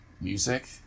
music